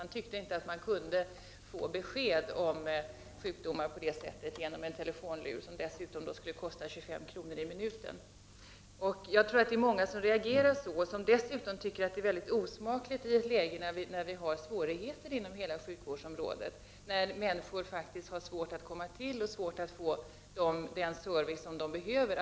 Han ansåg att man inte kunde få besked om sjukdomar genom en telefonlur. Detta skulle dessutom kosta 25 kr. per minut. Jag tror att det är många som reagerar på detta sätt och som dessutom 1 anser att denna verksamhet är mycket osmaklig i ett läge, när det finns stora svårigheter inom sjukvården och när människor har svårt att få den service som de behöver.